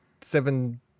seven